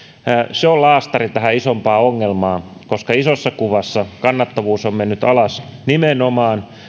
se on laastari tähän isompaan ongelmaan koska isossa kuvassa kannattavuus on mennyt alas nimenomaan